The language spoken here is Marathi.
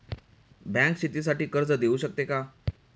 बँक शेतीसाठी कर्ज देऊ शकते का?